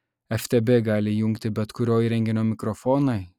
ftb gali įjungti bet kurio įrenginio mikrofoną